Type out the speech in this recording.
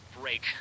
break